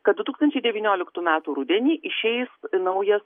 kad du tūkstančiai devynioliktų metų rudenį išeis naujas